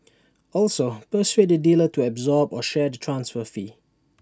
also persuade the dealer to absorb or share the transfer fee